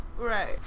Right